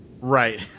Right